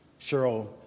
Cheryl